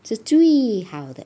是最好的